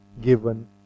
given